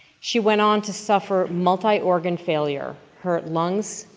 she went on to suffer multiorgan failure her lungs,